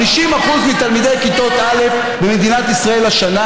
50% מתלמידי כיתות א' במדינת ישראל השנה